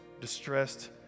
distressed